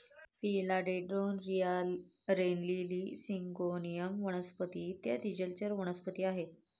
फिला dendron, रिया, rain lily, syngonium वनस्पती इत्यादी जलचर वनस्पतीही आहेत